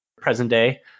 present-day